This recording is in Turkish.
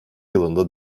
yılında